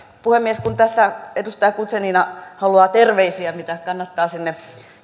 puhemies kun tässä edustaja guzenina haluaa terveisiä mitä kannattaa sinne